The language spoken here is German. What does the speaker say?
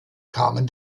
kamen